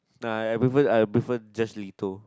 no I prefer I prefer just a little